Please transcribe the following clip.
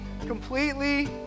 completely